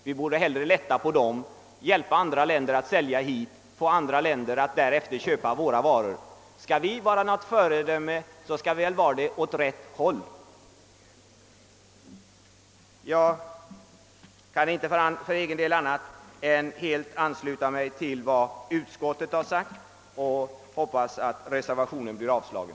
Vi borde hellre lätta på dem och låta andra länder sälja hit, så att de kan köpa våra varor. Skall vi vara ett föredöme, skall vi vara det åt rätt håll. Jag kan för egen del bara helt ansluta mig till vad utskottet har uttalat, och jag hoppas att reservationen blir avslagen.